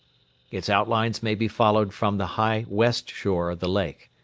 its outlines may be followed from the high west shore of the lake.